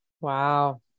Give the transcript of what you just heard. Wow